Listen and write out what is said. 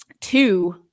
two